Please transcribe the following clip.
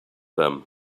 them